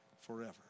forever